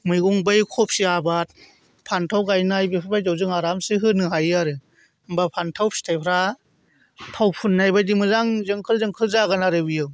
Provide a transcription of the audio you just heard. मैगं बे कबि आबाद फानथाव गायनाय बेफोरबायदियाव जों आरामसे होनो हायो आरो होनबा फानथाव फिथाइफ्रा थाव फुननाय बायदि मोजां जोंखोल जोंखोल जागोन आरो बियो